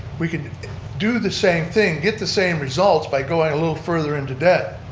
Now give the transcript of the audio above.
we can do the same thing, get the same results, by going a little further into debt.